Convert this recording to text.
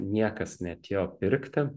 niekas neatėjo pirkti